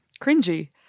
cringy